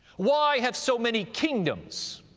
why have so many kingdoms,